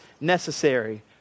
necessary